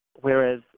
Whereas